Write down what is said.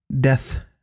death